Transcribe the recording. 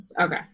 Okay